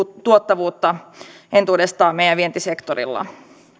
tuottavuutta entuudestaan meidän vientisektorillamme